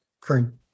current